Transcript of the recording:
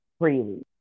freely